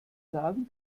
sagen